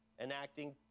enacting